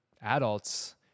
adults